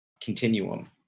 continuum